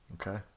Okay